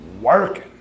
working